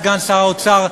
סגן שר האוצר,